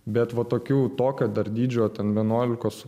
bet va tokių tokio dar dydžio ten vienuolikos